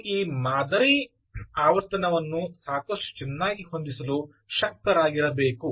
ನೀವು ಈ ಮಾದರಿ ಆವರ್ತನವನ್ನು ಸಾಕಷ್ಟು ಚೆನ್ನಾಗಿ ಹೊಂದಿಸಲು ಶಕ್ತರಾಗಿರಬೇಕು